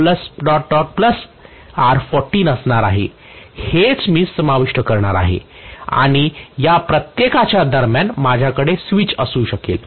हेच मी समाविष्ट करणार आहे आणि या प्रत्येकाच्या दरम्यान माझ्याकडे स्विच असू शकेल